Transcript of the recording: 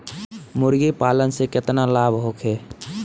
मुर्गीपालन से केतना लाभ होखे?